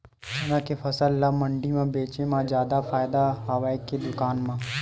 चना के फसल ल मंडी म बेचे म जादा फ़ायदा हवय के दुकान म?